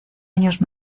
años